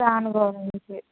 దాని గురించి